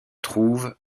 trouve